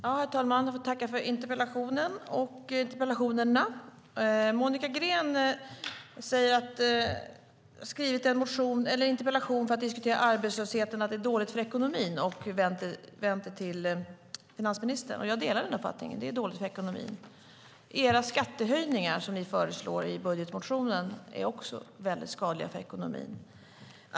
Herr talman! Jag får tacka för interpellationen. Monica Green säger att hon ställt en interpellation för att diskutera arbetslösheten eftersom den är dålig för ekonomin och att hon ställt den till finansministern. Jag delar den uppfattningen. Den är skadlig för ekonomin. De skattehöjningar som Socialdemokraterna föreslår i budgetmotionen är också skadliga för ekonomin.